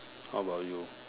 how about you